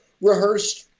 rehearsed